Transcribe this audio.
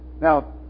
now